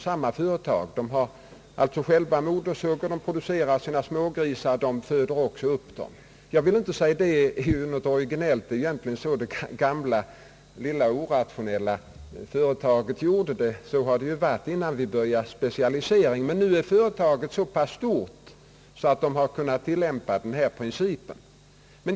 Företaget har modersuggor, det producerar sina smågrisar och föder upp dem. Jag vill inte säga att detta är något originellt. Det gjorde det gamla, lilla, företaget; så har det varit innan vi började med specialisering. Men nu är företaget så pass stort att det har kunnat tillämpa denna princip.